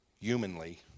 humanly